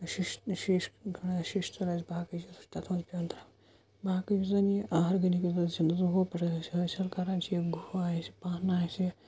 شِشہِ شیٖشہِ کھٔنٛڈ آسہِ شِشتٕر آسہِ باقٕے چیٖز سُہ چھُ تَتھ منٛز پیٚوان ترٛاوُن باقٕے یُس زَن یہِ آرگٔنِک یُس زَن چھِ یُس زَن ہُتھ پٲٹھۍ أسۍ حٲصِل کَران چھِ یہِ گُہہ آسہِ پَن آسہِ